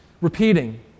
repeating